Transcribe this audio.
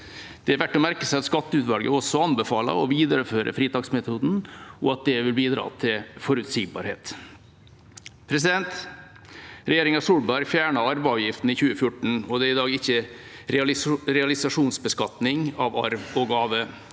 Det er verdt å merke seg at skatteutvalget også anbefaler å videreføre fritaksmetoden, og at det vil bidra til forutsigbarhet. Regjeringen Solberg fjernet arveavgiften i 2014. Det er i dag ikke realisasjonsbeskatning av arv og gaver.